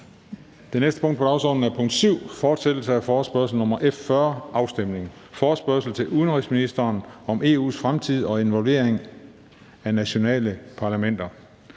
Det næste punkt på dagsordenen er: 7) Fortsættelse af forespørgsel nr. F 40 [afstemning]: Forespørgsel til udenrigsministeren om EU’s fremtid og involvering af nationale parlamenter.